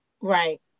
Right